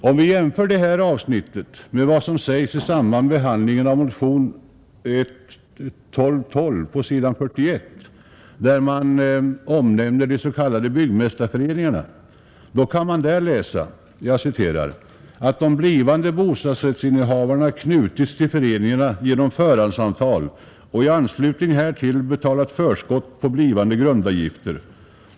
Om man jämför detta avsnitt med vad som sägs i samband med behandlingen av motionen 1212 på s. 41 i utskottets betänkande, där de s.k. byggmästarföreningarna nämns, så kan man där läsa att ”de blivande bostadsrättshavarna knutits till föreningarna genom förhandsavtal och i anslutning därtill betalat förskott på blivande grundavgifter.